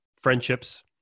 friendships